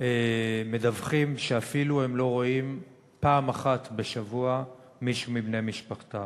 מדווחים שהם לא רואים אפילו פעם אחת בשבוע מישהו מבני משפחתם.